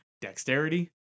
dexterity